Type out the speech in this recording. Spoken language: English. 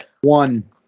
One